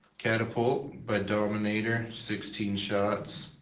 catapult by dominator sixteen shots,